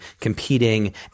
competing